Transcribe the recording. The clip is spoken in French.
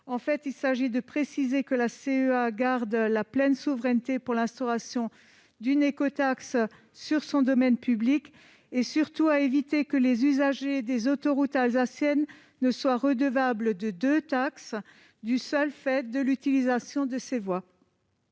Il s'agit de préciser que la CEA garde la pleine souveraineté pour l'instauration d'une écotaxe sur son domaine public et, surtout, d'éviter que les usagers des autoroutes alsaciennes soient redevables de deux taxes du seul fait de l'utilisation de ces voies.